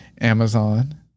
Amazon